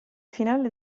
finale